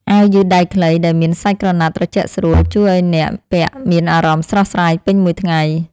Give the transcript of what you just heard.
អាវយឺតដៃខ្លីដែលមានសាច់ក្រណាត់ត្រជាក់ស្រួល ជួយឱ្យអ្នកពាក់មានអារម្មណ៍ស្រស់ស្រាយពេញមួយថ្ងៃ។